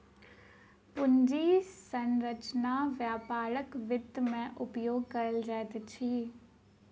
पूंजी संरचना व्यापारक वित्त में उपयोग कयल जाइत अछि